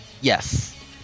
Yes